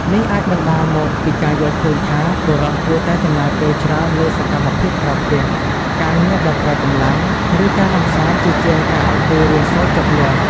នេះអាចបណ្ដាលមកពីការយល់ឃើញថា បុរសគួរតែចំណាយពេលច្រើនលើសកម្មភាពក្រៅផ្ទះ ការងារដែលប្រើកម្លាំង ឬការកម្សាន្តជាជាងការអង្គុយរៀនសូត្រជាប់លាប់។